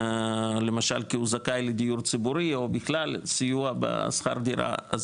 למשל כי הוא זכאי לדיור ציבורי או בכלל לסיוע בשכר דירה,